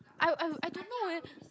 I'll I'll I don't know leh